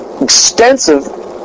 extensive